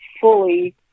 fully